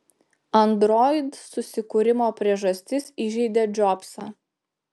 android susikūrimo priežastis įžeidė džobsą